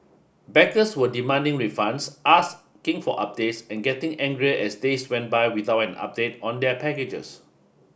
backers were demanding refunds asking for updates and getting angrier as days went by without an update on their packages